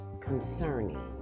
concerning